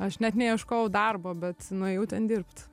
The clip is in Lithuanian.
aš net neieškojau darbo bet nuėjau ten dirbt